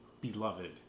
beloved